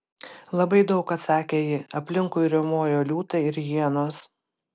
labai daug atsakė ji aplinkui riaumojo liūtai ir hienos